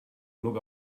look